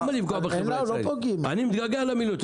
אני מתגעגע למילואים.